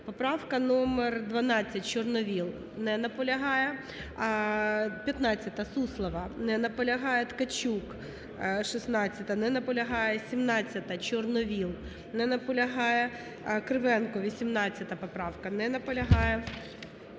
Поправка номер 12, Чорновол. Не наполягає. 15-а, Суслова. Не наполягає. Ткачук, 16-а. Не наполягає. 17-а, Чорновол. Не наполягає. Кривенко, 18 поправка. Не наполягає.